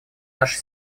наше